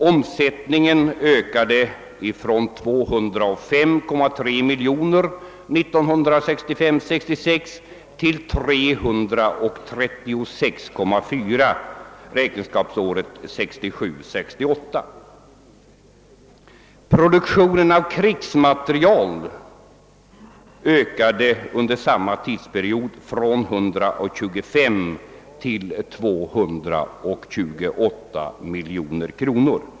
Omsättningen ökades ifrån 205,3 miljoner kronor räkenskapsåret 1965 68. Produktionen av krigsmateriel ökade under samma period från 125 till 228 miljoner kronor.